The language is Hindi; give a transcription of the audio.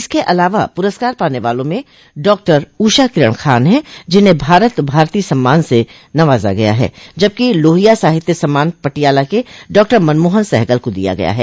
इसके अलावा पुरस्कार पाने वालों में डॉक्टर ऊषा किरण खान हैं जिन्हें भारत भारती सम्मान से नवाजा गया है जबकि लोहिया साहित्य सम्मान पटियाला के डॉक्टर मनमोहन सहगल को दिया गया है